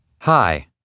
Hi